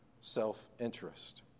self-interest